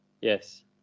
Yes